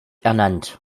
ernannt